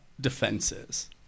defenses